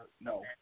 No